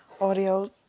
Audio